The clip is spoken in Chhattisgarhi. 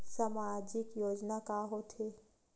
सामाजिक योजना का होथे?